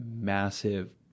massive